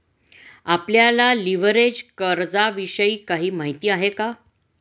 आपल्याला लिव्हरेज कर्जाविषयी काही माहिती आहे का?